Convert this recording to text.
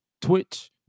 Twitch